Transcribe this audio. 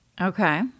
Okay